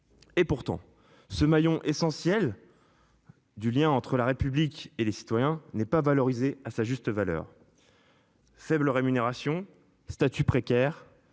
Et pourtant ce maillon essentiel. Du lien entre la République et les citoyens n'est pas valorisée à sa juste valeur. Faible rémunération statuts précaires.